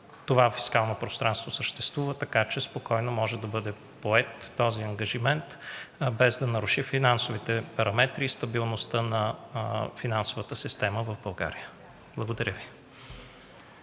Това фискално пространство съществува, така че спокойно може да бъде поет този ангажимент, без да наруши финансовите параметри и стабилността на финансовата система в България. Благодаря Ви.